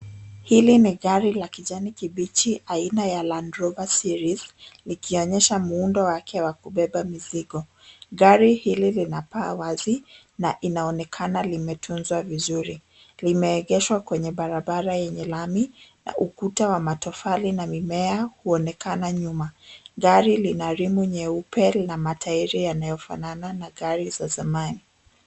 Hili ni gari la kijani kibichi aina ya Land Rover Series likionyesha muundo wake wa kubeba mizigo. Gari hili lina paa wazi na linaonekana limetunzwa vizuri. Limeegeshwa kwenye barabara yenye lami na ukuta wa matofali na mimea huonekana nyuma. Gari lina rimu nyeupe na matairi yanayofanana na gari za zamani.